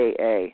AA